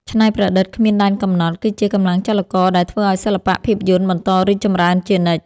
ច្នៃប្រឌិតគ្មានដែនកំណត់គឺជាកម្លាំងចលករដែលធ្វើឱ្យសិល្បៈភាពយន្តបន្តរីកចម្រើនជានិច្ច។